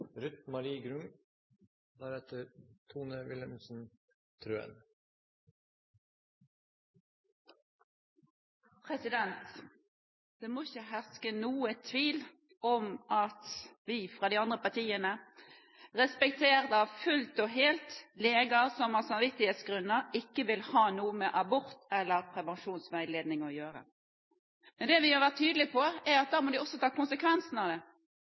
Det må ikke herske noen tvil om at vi fra de andre partiene respekterer fullt og helt leger som av samvittighetsgrunner ikke vil ha noe med abort eller prevensjonsveiledning å gjøre. Men det vi har vært tydelige på, er at da må de også ta konsekvensen av det.